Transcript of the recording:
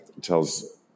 tells